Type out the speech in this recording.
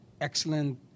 excellent